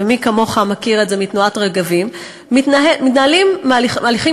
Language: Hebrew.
ומי כמוך מכיר את זה מתנועת "רגבים" מתנהלים הליכים